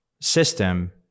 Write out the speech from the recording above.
system